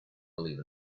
believe